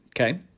okay